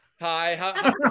hi